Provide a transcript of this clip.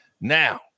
Now